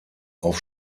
auf